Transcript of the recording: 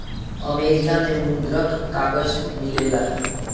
America में मुद्रक कागज मिलेला